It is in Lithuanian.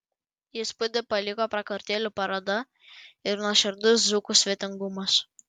įspūdį paliko prakartėlių paroda ir nuoširdus dzūkų svetingumas